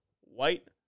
White